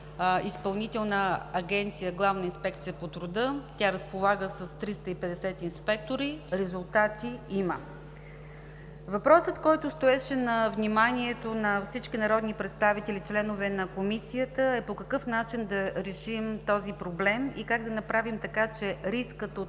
Въпросът, който стоеше на вниманието на всички народни представители, членове на Комисията, е по какъв начин да решим този проблем и как да направим така, че рискът от